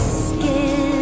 skin